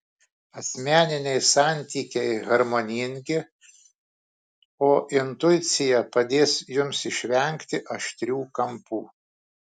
asmeniniai santykiai harmoningi o intuicija padės jums išvengti aštrių kampų